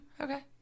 Okay